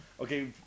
okay